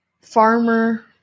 farmer